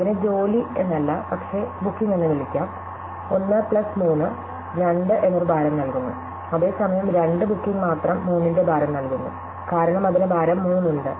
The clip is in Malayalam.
അതിനെ ജോലി എന്നല്ല പക്ഷെ ബുക്കിംഗ് എന്ന് വിളിക്കാം 1 പ്ലസ് 3 2 എന്നൊരു ഭാരം നൽകുന്നു അതേസമയം 2 ബുക്കിംഗ് മാത്രം 3 ന്റെ ഭാരം നൽകുന്നു കാരണം അതിന് ഭാരം 3 ഉണ്ട്